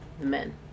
men